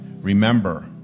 remember